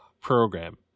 program